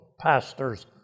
pastor's